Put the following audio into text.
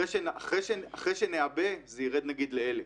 אחרי שנעבה, זה ירד ל-1,000.